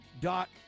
dot